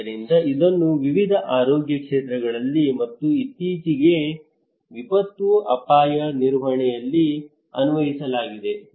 ಆದ್ದರಿಂದ ಇದನ್ನು ವಿವಿಧ ಆರೋಗ್ಯ ಕ್ಷೇತ್ರಗಳಲ್ಲಿ ಮತ್ತು ಇತ್ತೀಚೆಗೆ ವಿಪತ್ತು ಅಪಾಯ ನಿರ್ವಹಣೆಯಲ್ಲಿ ಅನ್ವಯಿಸಲಾಗಿದೆ